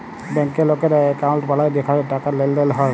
ব্যাংকে লকেরা একউন্ট বালায় যেখালে টাকার লেনদেল হ্যয়